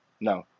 No